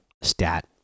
stat